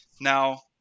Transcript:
Now